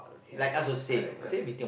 ya correct correct